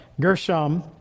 Gershom